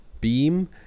beam